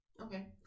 okay